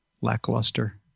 lackluster